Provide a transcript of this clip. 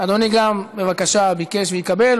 אדוני גם ביקש ויקבל,